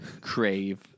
crave